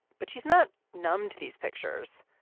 but she's not numb to these pictures.